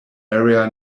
area